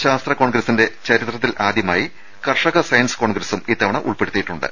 ശാസ്ത്ര കോൺഗ്രസിന്റെ ചരി ത്രത്തിലാദൃമായി കർഷക സയൻസ് കോൺഗ്രസും ഇത്തവണ ഉൾപ്പെടുത്തിയിട്ടുണ്ട്